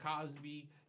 Cosby